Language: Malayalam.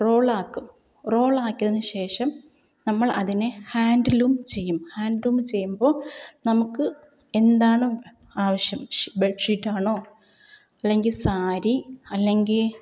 റോളാക്കും റോളാക്കിയതിനു ശേഷം നമ്മൾ അതിനെ ഹാൻഡ്ലൂം ചെയ്യും ഹാൻഡ്ലൂം ചെയ്യുമ്പോൾ നമുക്ക് എന്താണോ ആവിശ്യം ബെഡ്ഷീറ്റാണോ അല്ലെങ്കിൽ സാരി അല്ലെങ്കിൽ